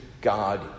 God